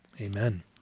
Amen